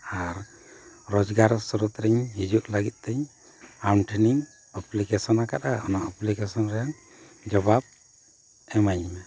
ᱟᱨ ᱨᱚᱡᱽᱜᱟᱨ ᱥᱨᱳᱛ ᱨᱤᱧ ᱦᱤᱡᱩᱜ ᱞᱟᱹᱜᱤᱫ ᱛᱤᱧ ᱟᱢ ᱴᱷᱮᱱᱤᱧ ᱮᱯᱞᱤᱠᱮᱥᱚᱱ ᱟᱠᱟᱫᱟ ᱚᱱᱟ ᱮᱯᱞᱤᱠᱮᱥᱚᱱ ᱨᱮ ᱡᱚᱵᱟᱵᱽ ᱮᱢᱟᱹᱧ ᱢᱮ